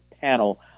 panel